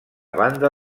banda